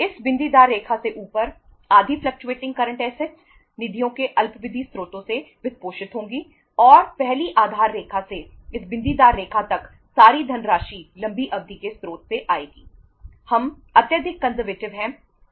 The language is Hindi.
इस बिंदीदार रेखा से ऊपर आधी फ्लकचुएटिंग करंट असेट्स हैं